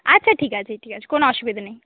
আচ্ছা ঠিক আছে ঠিক আছে কোনো অসুবিধা নেই